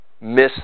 miss